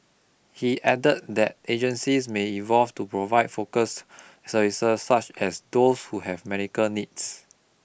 he added that agencies may evolve to provide focus services such as those who have medical needs